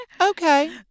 Okay